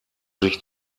sich